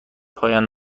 پایان